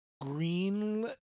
green